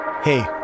Hey